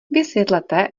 vysvětlete